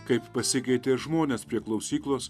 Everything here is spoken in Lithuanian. kaip pasikeitė žmonės prie klausyklos